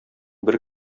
бер